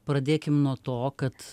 pradėkim nuo to kad